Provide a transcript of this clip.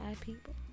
people